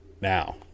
now